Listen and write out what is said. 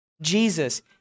Jesus